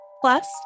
Plus